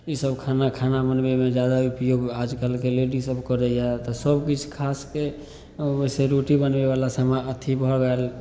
ईसब खाना खाना बनबैमे जादा उपयोग आजकलके लेडीसभ करैए तऽ सबकिछु खासके ओहिमेसे रोटी बनबैवला साम हमरा अथी भऽ गेल